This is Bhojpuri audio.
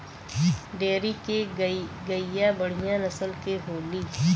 डेयरी के गईया बढ़िया नसल के होली